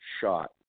shot